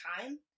time